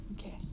Okay